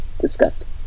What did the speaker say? Disgusting